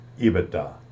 EBITDA